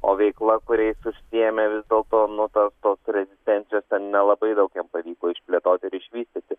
o veikla kuria jis užsiėmė vis dėlto nu tas tos rezistencijos ten nelabai daug jam pavyko išplėtoti ir išvystyti